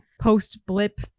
post-blip